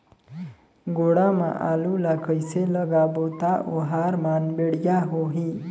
गोडा मा आलू ला कइसे लगाबो ता ओहार मान बेडिया होही?